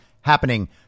happening